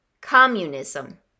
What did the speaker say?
Communism